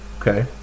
Okay